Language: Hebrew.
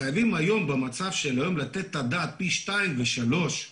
חייבים במצב של היום לתת את הדעת פי שניים ושלושה